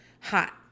hot